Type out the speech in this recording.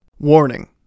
Warning